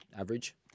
Average